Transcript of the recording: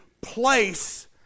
place